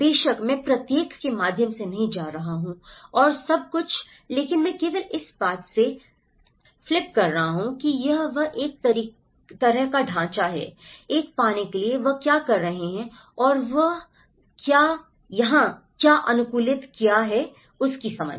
बेशक मैं प्रत्येक के माध्यम से नहीं जा रहा हूँ और सब कुछ लेकिन मैं केवल इस बात से फ़्लिप कर रहा हूं कि यह एक तरह का ढांचा है एक पाने के लिए वे क्या कर रहे हैं और वे यहाँ क्या अनुकूलित किया है की समझ